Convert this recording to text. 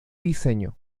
diseño